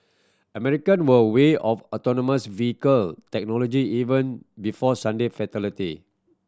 American were wary of autonomous vehicle technology even before Sunday fatality